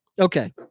okay